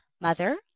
Mother